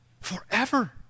forever